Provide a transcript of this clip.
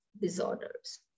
disorders